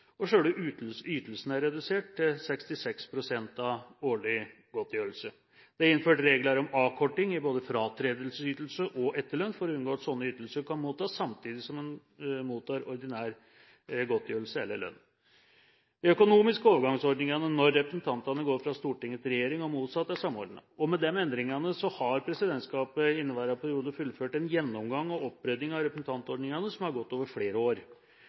og selve ytelsen er redusert til 66 pst. av årlig godtgjørelse. Det er innført regler om avkorting i både fratredelsesytelse og etterlønn for å unngå at slike ytelser kan mottas samtidig som man mottar ordinær godtgjørelse eller lønn. De økonomiske overgangsordningene når representantene går fra Stortinget til regjering og motsatt, er samordnet. Med disse endringene har presidentskapet inneværende periode fullført en gjennomgang og opprydning i representantordningene som har gått over flere år.